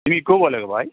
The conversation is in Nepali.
तिमी को बोलेको भाइ